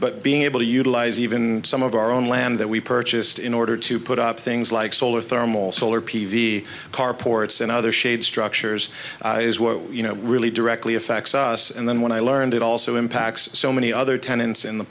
but being able to utilize even some of our own land that we purchased in order to put up things like solar thermal solar p v carports and other shade structures you know really directly affects us and then when i learned it also impacts so many other tenants in the